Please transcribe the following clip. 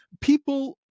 people